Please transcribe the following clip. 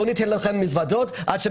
ואמרו להם שלא ייתנו להם את המזוודות עד שהם